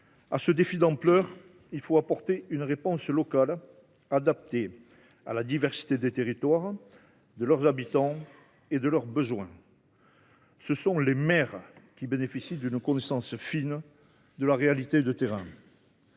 ce défi d’ampleur, il faut apporter une réponse locale, adaptée à la diversité des territoires, de leurs habitants et de leurs besoins. Ce sont les maires qui bénéficient d’une connaissance fine de la réalité du terrain.